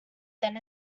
then